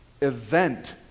event